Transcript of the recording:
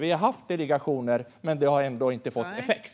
Vi har haft delegationer, men det har ändå inte fått effekt.